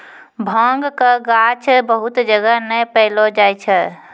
भांगक गाछ बहुत जगह नै पैलो जाय छै